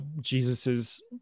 Jesus's